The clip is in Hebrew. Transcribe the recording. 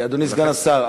אדוני סגן השר,